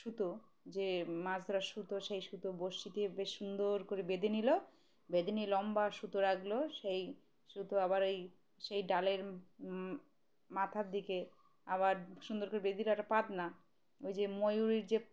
সুতো যে মাছ ধরা সুতো সেই সুতো বর্শিতে বেশ সুন্দর করে বেঁধে নিল বেঁধে নিয়ে লম্বা সুতো রাখলো সেই সুতো আবার ওই সেই ডালের মাথার দিকে আবার সুন্দর করে বেঁধে একটা পাত না ওই যে ময়ূরীর যে